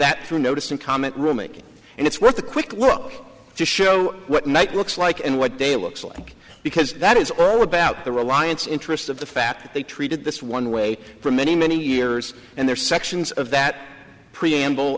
that through notice and comment remaking and it's worth a quick look to show what knight looks like and what data looks like because that is all about the reliance interest of the fact that they treated this one way for many many years and there are sections of that preamble